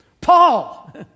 Paul